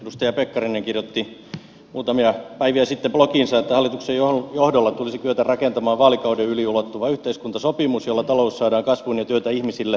edustaja pekkarinen kirjoitti muutamia päiviä sitten blogiinsa että hallituksen johdolla tulisi kyetä rakentamaan vaalikauden yli ulottuva yhteiskuntasopimus jolla talous saadaan kasvuun ja työtä ihmisille